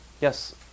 Yes